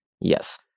Yes